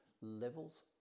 levels